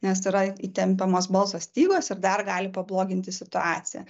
nes yra įtempiamos balso stygos ir dar gali pabloginti situaciją